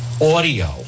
audio